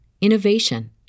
innovation